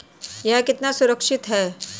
यह कितना सुरक्षित है?